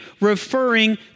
referring